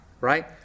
Right